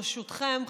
ברשותכם,